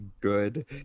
good